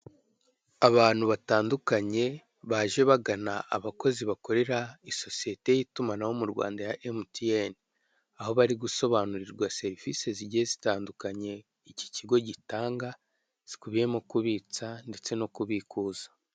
Abantu batandukanye, baje bagana abakozi bakorera isosiyete y'itumanaho mu Rwanda ya emutiyene. Aho bari gusobanurirwa serivise zigiye zitandukanye iki kigo gitanga, zikubiyemo ubitsa ndetse no kubikuza.